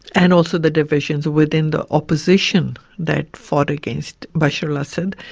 and also the division within the opposition that fought against bashar al-assad,